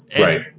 Right